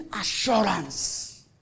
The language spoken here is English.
assurance